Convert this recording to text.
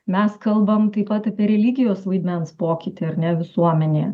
mes kalbam taip pat apie religijos vaidmens pokytį ar ne visuomenėje